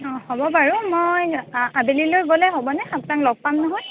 অঁ হ'ব বাৰু মই আবেলিলৈ গ'লে হ'বনে আপোনাক লগ পাম নহয়